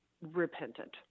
Repentant